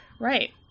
Right